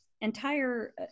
entire